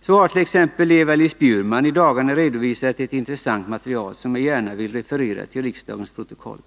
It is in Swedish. Så hart.ex. Eva Lis Bjurman i dagarna redovisat ett intressant material, som jag gärna vill referera till riksdagens protokoll.